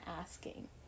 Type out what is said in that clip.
asking